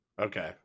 Okay